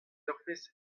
eurvezh